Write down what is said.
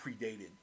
predated